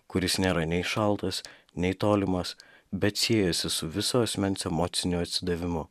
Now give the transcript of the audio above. kuris nėra nei šaltas nei tolimas bet siejasi su viso asmens emociniu atsidavimu